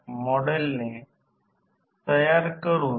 पण मला एक गोष्ट सांगू द्या ती दोन्ही बाजूंनी करता येते समान निकाल मिळेल